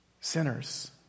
sinners